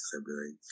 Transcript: February